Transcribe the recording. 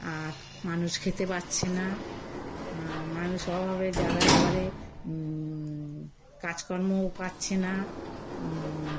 আর মানুষ খেতে পাচ্ছে না মানুষ অভাবে যারা এবারে কাজকর্মও পাচ্ছে না